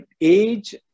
age